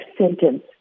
sentence